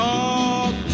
Talk